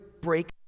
break